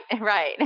Right